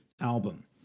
album